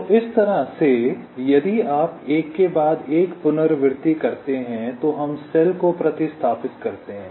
तो इस तरह से यदि आप एक के बाद एक पुनरावृत्ति करते हैं तो हम सेल को प्रतिस्थापित करते हैं